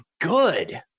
good